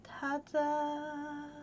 ta-da